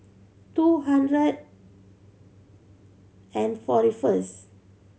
two hundred and forty first